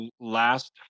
last